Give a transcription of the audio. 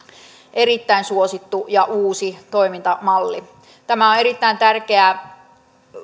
erittäin suosittu ja uusi toimintamalli on erittäin tärkeää saada